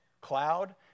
cloud